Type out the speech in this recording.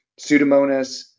Pseudomonas